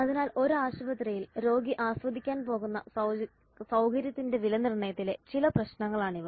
അതിനാൽ ഒരു ആശുപത്രിയിൽ രോഗി ആസ്വദിക്കാൻ പോകുന്ന സൌകര്യത്തിന്റെ വിലനിർണ്ണയത്തിലെ ചില പ്രശ്നങ്ങളാണിവ